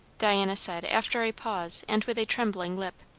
diana said after a pause and with a trembling lip.